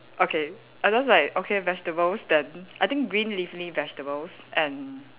okay I just like okay vegetables then I think green leafy vegetables and